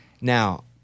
Now